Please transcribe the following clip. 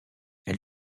elle